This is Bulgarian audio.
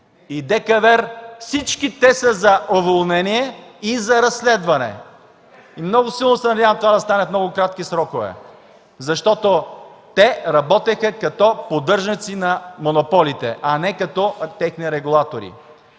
и ДКЕВР. Всички те са за уволнение и за разследване. Много силно се надявам това да стане в много кратки срокове, защото те работеха като поддръжници на монополите, а не като техни регулатори.